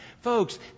Folks